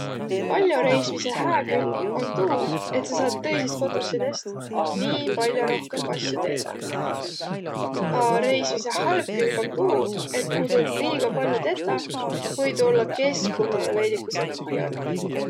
Pall'o reismise hää külg om tuu, et sa saat tõisist kotsusidõst nii pall'o rohkõmb asjo teedäq. A reismise halv külg om tuu, et kuq tuud liiga pall'o tetäq, või tuu ollaq keskkunnalõ veidükese kah'olik